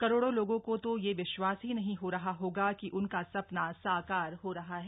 करोड़ों लोगों को तो यह विश्वास ही नहीं हो रहा होगा कि उनका सपना साकार हो रहा है